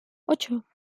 ocho